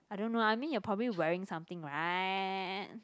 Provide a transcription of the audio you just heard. I don't know I mean you're probably wearing something right